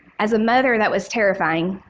as a mother, that was terrifying.